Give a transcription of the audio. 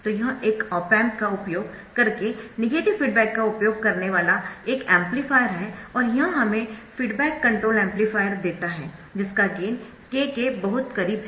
तो यह एक ऑप एम्प का उपयोग करके नेगेटिव फीडबैक का उपयोग करने वाला एक एम्पलीफायर है और यह हमें फीडबैक कंट्रोल एम्पलीफायर देता है जिसका गेन k के बहुत करीब है